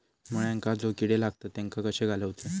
मुळ्यांका जो किडे लागतात तेनका कशे घालवचे?